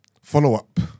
follow-up